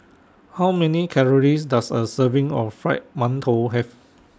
How Many Calories Does A Serving of Fried mantou Have